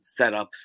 setups